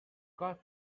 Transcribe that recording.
got